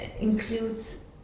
includes